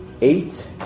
Eight